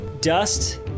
Dust